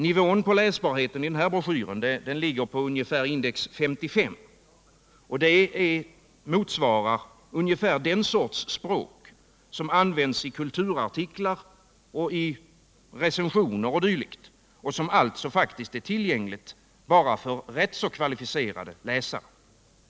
Nivån på läsbarheten i den här broschyren ligger ungefär på index 55, vilket motsvarar det språk som används i kulturartiklar, recensioner 0. d. och som alltså är tillgängligt bara för rätt kvalificerade läsare.